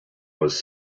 was